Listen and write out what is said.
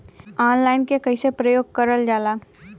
Online के कइसे प्रयोग कइल जाला?